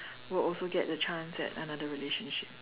will also get a chance at another relationship